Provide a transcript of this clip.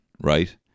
right